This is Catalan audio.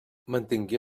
mantingué